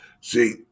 see